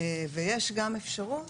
ויש גם אפשרות